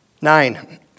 Nine